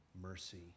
mercy